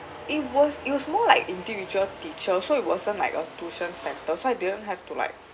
it was it was more like individual teacher so it wasn't like a tuition centre so I didn't have to like